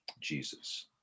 Jesus